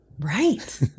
right